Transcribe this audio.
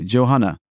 Johanna